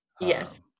yes